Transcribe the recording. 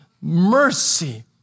mercy